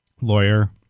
lawyer